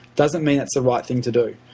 doesn't mean that's the right thing to do.